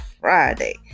Friday